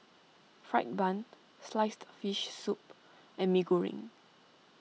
Fried Bun Sliced Fish Soup and Mee Goreng